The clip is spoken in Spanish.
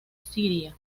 siria